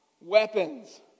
weapons